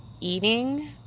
eating